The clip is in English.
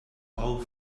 all